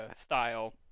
style